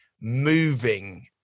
Moving